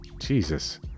Jesus